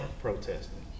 protesting